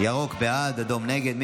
ירוק, בעד, אדום, נגד.